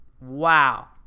Wow